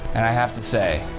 and i have to say,